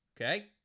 Okay